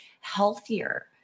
healthier